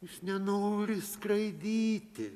jis nenori skraidyti